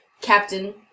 Captain